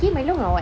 he came alone or [what]